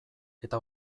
eta